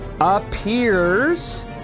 appears